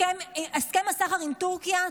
הסכם הסחר עם טורקיה,